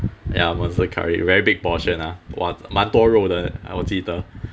ya monster curry very big portion ah !wah! 蛮多肉的我记得